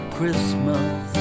Christmas